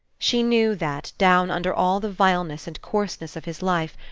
she knew, that, down under all the vileness and coarseness of his life,